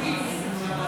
פיננסיים מפוקחים),